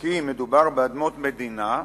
כי מדובר באדמות מדינה,